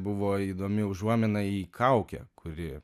buvo įdomi užuomina į kaukę kuri